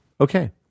Okay